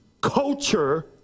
Culture